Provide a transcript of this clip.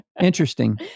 Interesting